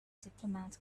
diplomat